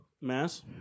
Mass